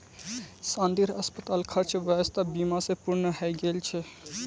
शांतिर अस्पताल खर्च स्वास्थ बीमा स पूर्ण हइ गेल छ